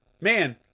man